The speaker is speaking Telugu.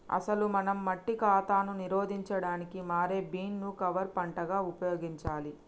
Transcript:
అసలు మనం మట్టి కాతాను నిరోధించడానికి మారే బీన్ ను కవర్ పంటగా ఉపయోగించాలి